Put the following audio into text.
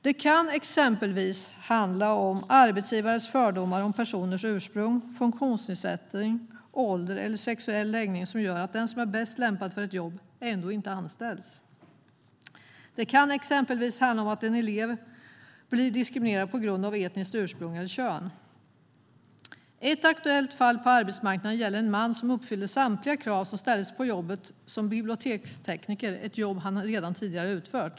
Det kan handla om exempelvis arbetsgivares fördomar om personers ursprung, funktionsnedsättning, ålder eller sexuell läggning som gör att den som är bäst lämpad för ett jobb ändå inte anställs. Det kan handla om att en elev blir diskriminerad på grund av etniskt ursprung eller kön. Ett aktuellt fall på arbetsmarknaden gäller en man som uppfyllde samtliga krav som ställdes på jobbet som bibliotekstekniker - ett jobb som han tidigare hade utfört.